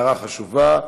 הערה חשובה.